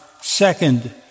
second